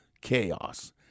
chaos